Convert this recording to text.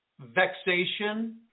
vexation